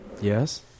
Yes